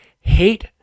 hate